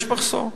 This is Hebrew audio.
יש מחסור.